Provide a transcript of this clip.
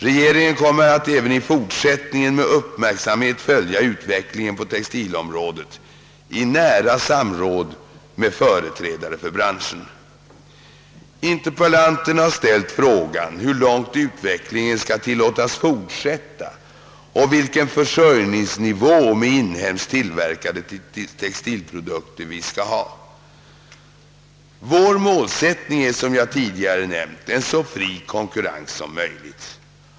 Regeringen kommer att även i fortsättningen med uppmärksamhet följa utvecklingen på textilområdet i nära samråd med företrädare för branschen. Interpellanten har ställt frågan hur långt utvecklingen skall tillåtas fortsätta och vilken försörjningsnivå med inhemskt tillverkade textilprodukter vi skall ha. Vår målsättning är som jag tidigare nämnt en så fri konkurrens som möjligt.